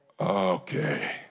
Okay